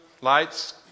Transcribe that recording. lights